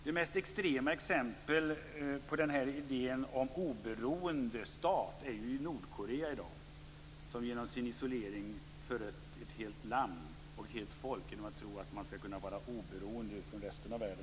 Det mest extrema exemplet på idén om oberoende är i dag Nordkorea, där regimen genom sin isolering, genom att tro att man kan vara oberoende av resten av världen, har förött ett helt land och ett helt folk.